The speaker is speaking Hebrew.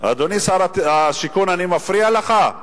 אדוני שר השיכון, אני מפריע לך?